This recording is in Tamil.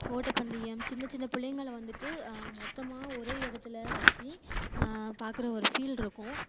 ஓட்ட பந்தயம் சின்ன சின்ன பிள்ளைங்கள வந்துட்டு மொத்தமாக ஒரே இடத்துல வச்சு பார்க்குற ஒரு ஃபீல் இருக்கும்